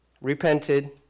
repented